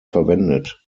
verwendet